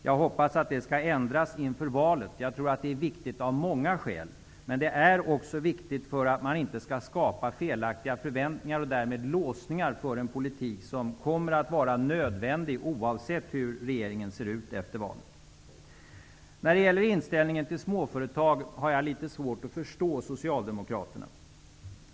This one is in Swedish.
Jag hoppas att det ändras inför valet. Det är viktigt av många skäl. Det är viktigt för att man inte skall skapa felaktiga förväntningar och därmed låsningar för en politik som kommer att vara nödvändig, oavsett hur regeringen ser ut efter valet. Jag har litet svårt att förstå Socialdemokraternas inställning till småföretag.